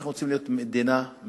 אנחנו רוצים להיות מדינה מתורבתת,